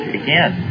again